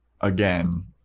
again